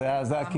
במיוחד ביום.